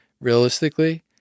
Realistically